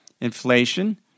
inflation